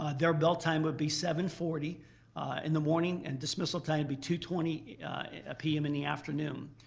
ah their bell time would be seven forty in the morning and dismissal time would be two twenty pm in the afternoon.